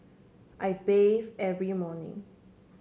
I bathe every morning